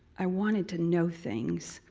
i wanted to know things,